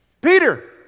Peter